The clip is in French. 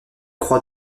croix